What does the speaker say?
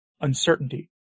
uncertainty